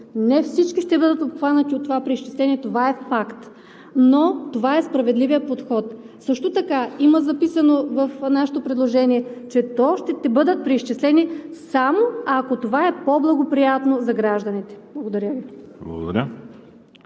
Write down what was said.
Не всички ще бъдат обхванати от това преизчисление. Това е факт. Но това е справедливият подход. Също така има записано в нашето предложение, че ще бъдат преизчислени само ако това е по-благоприятно за гражданите. Благодаря Ви.